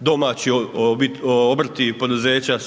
domaći obrti i poduzeća